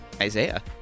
Isaiah